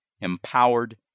empowered